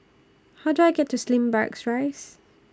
How Do I get to Slim Barracks Rise